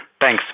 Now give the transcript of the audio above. Thanks